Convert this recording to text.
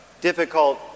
Difficult